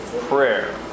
Prayer